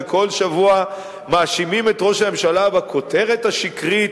וכל שבוע מאשימים את ראש הממשלה בכותרת השקרית